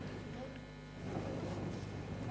חברי חברי הכנסת, משרד הבריאות